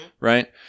right